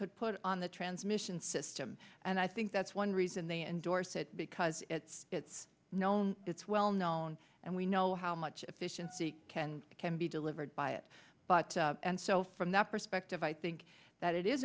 could put on the transmission system and i think that's one reason they endorse it because it's it's known it's well known and we know how much fission see can can be delivered by it but and so from that perspective i think that it is